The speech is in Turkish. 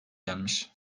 gelmiş